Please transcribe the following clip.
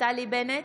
נפתלי בנט,